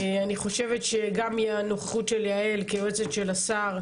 אני חושבת שגם הנוכחות של יעל כיועצת של השר,